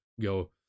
go